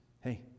Hey